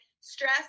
stress